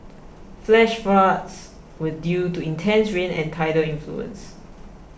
flash floods were due to intense rain and tidal influence